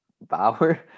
Bauer